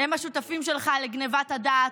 הם השותפים שלך לגנבת הדעת,